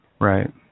Right